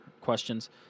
questions